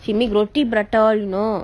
she make roti prata all you know